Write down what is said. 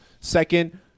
Second